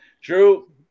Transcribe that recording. Drew